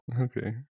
Okay